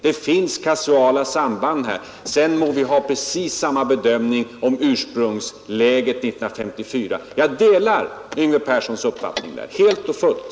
Det finns kausala samband här. Sedan må vi ha precis samma bedömning av ursprungsläget 1954. Jag delar Yngve Perssons uppfattning där, helt och fullt.